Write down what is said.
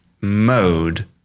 mode